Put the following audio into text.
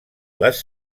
les